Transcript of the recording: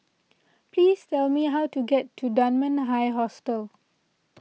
please tell me how to get to Dunman High Hostel